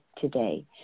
today